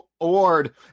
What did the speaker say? award